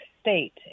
state